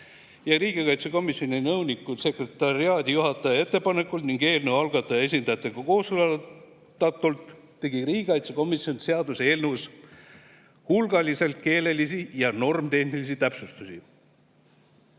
riigikaitsekomisjoni nõuniku-sekretariaadijuhataja ettepanekul ning eelnõu algataja esindajatega kooskõlastatult tegi riigikaitsekomisjon seaduseelnõus hulgaliselt keelelisi ja normitehnilisi täpsustusi.